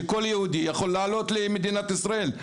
שכל יהודי יכול לעלות למדינת ישראל,